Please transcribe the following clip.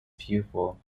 pupil